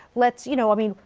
let's, you know, i mean,